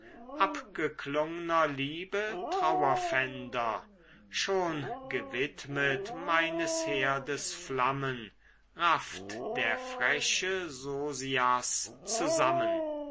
abgeklungener liebe trauerpfänder schon gewidmet meines herdes flammen rafft der freche sosias zusammen